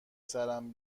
سرم